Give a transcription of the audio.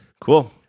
Cool